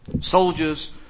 Soldiers